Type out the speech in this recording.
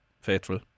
faithful